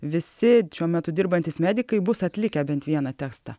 visi šiuo metu dirbantys medikai bus atlikę bent vieną testą